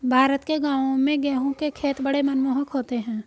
भारत के गांवों में गेहूं के खेत बड़े मनमोहक होते हैं